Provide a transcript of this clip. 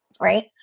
Right